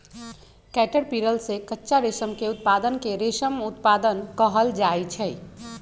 caterpillar से कच्चा रेशम के उत्पादन के रेशम उत्पादन कहल जाई छई